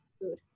food